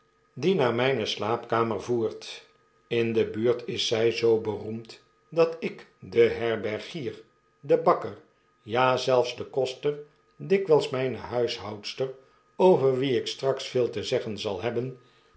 die naar myne slaapkamer voert in de buurt is zy zoo beroemd dat ik den herbergier den bakker ja zelfs den koster dikwyls myne huishoudster over wie ik straks veel te zeggen zal hebben